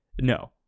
No